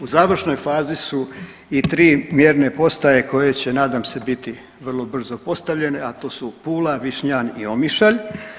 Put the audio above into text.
U završnoj fazi su i 3 mjerne postaje koje će nadam se biti vrlo brzo postavljene, a to su Pula, Višnjan i Omišalj.